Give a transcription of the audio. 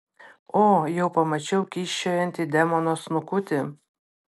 o jau pamačiau kyščiojantį demono snukutį